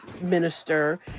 minister